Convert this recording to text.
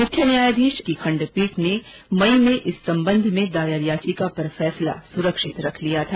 मुख्य न्यायाधीश एस रविन्द्र भट्ट की खंडपीठ ने मई में इस संबंध में दायर याचिका पर फैसला सुरक्षित रख लिया था